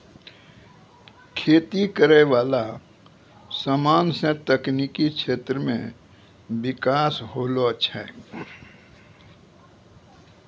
खेती करै वाला समान से तकनीकी क्षेत्र मे बिकास होलो छै